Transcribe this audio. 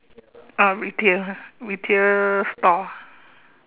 ah retail ah retail store